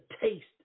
taste